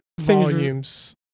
volumes